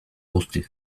guzti